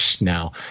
now